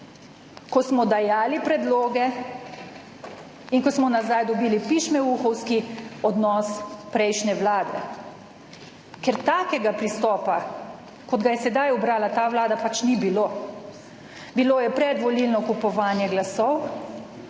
ko smo dajali predloge in ko smo nazaj dobili pišmeuhovsi odnos prejšnje vlade. Ker takega pristopa, kot ga je sedaj ubrala ta vlada, pač ni bilo. Bilo je predvolilno kupovanje glasov,